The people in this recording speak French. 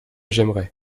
j’aimerai